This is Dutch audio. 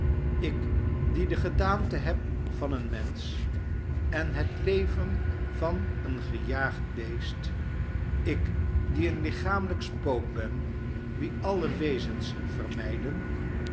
ik die de gedaante heb van een mensch en het leven van een gejaagd beest ik die een lichamelijk spook ben wien alle wezens vermijden